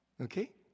Okay